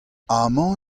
amañ